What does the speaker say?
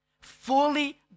fully